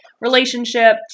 relationship